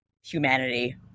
humanity